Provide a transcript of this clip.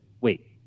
wait